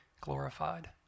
glorified